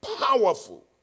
powerful